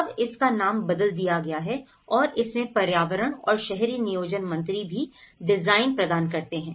अब इसका नाम बदल दिया गया है और इसमें पर्यावरण और शहरी नियोजन मंत्री भी डिजाइन प्रदान करते हैं